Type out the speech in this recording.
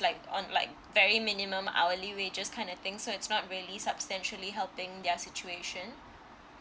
like on like very minimum I'll wages kind of thing so it's not really substantially helping their situation